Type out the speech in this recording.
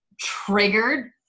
triggered